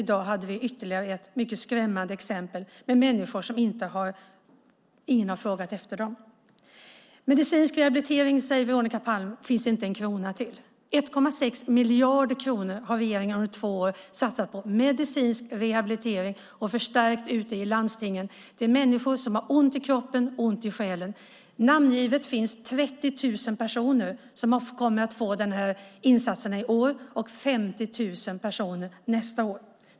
I dag hörde vi ytterligare ett mycket skrämmande exempel på människor som ingen har frågat efter. Veronica Palm säger att det inte finns en krona till medicinsk rehabilitering. 1,6 miljarder kronor har regeringen under två år satsat på medicinsk rehabilitering och gjort förstärkningar ute i landstingen. Det gäller människor som har ont i kroppen och ont i själen. Det finns 30 000 personer namngivna som kommer att få dessa insatser i år och 50 000 personer nästa år.